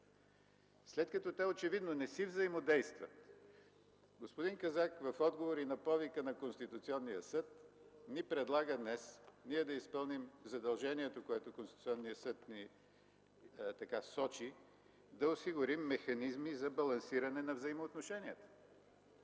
След като те очевидно не си взаимодействат, господин Казак в отговор на повика на Конституционния съд, ни предлага днес ние да изпълним задължението, което Конституционният съд ни сочи – да осигурим механизми за балансиране на взаимоотношенията.